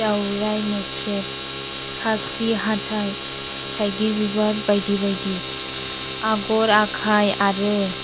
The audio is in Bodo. दावराय मोख्रेब खासि हाथाइ थाइगिर बिबार बायदि बायदि आगर आखाय आरो